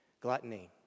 gluttony